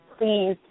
please